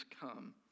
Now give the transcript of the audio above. come